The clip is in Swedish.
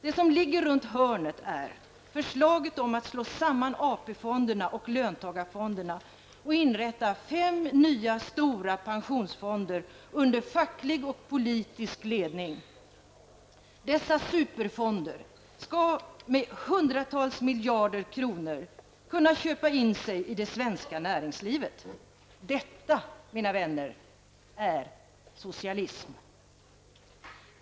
Det som ligger runt hörnet är förslaget om att slå samman AP-fonderna och löntagarfonderna och inrätta fem nya, stora pensionsfonder under facklig och politisk ledning. Dessa superfonder skall med hundratals miljarder kronor kunna köpa in sig i det svenska näringslivet. Detta, mina vänner, är socialism.